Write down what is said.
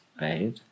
right